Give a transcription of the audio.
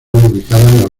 ubicadas